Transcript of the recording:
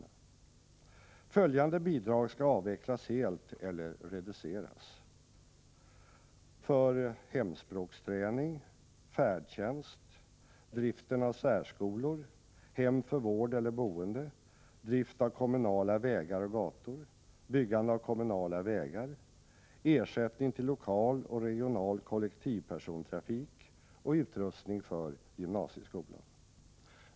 Bidragen till följande verksamheter skall avvecklas helt eller reduceras: hemspråksträning, färdtjänst, driften av särskolor, hem för vård eller boende, drift av kommunala vägar och gator, byggande av kommunala vägar, ersättning till lokal och regional kollektivpersontrafik och utrustning för gymnasieskolan.